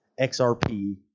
XRP